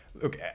Look